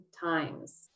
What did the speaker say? times